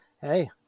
hey